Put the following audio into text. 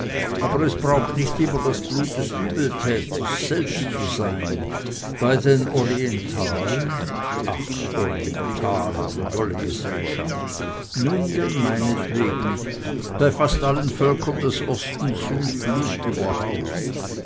aber es braucht nicht immer das blut des übeltäters selbst zu sein bei den orientalen ach orientalen dolle gesellschaft nun denn meinetwegen bei fast allen völkern des ostens sühnt blut überhaupt